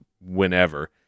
whenever